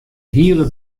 hiele